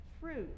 fruit